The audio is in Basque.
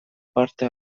parte